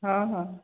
ହଉ ହଉ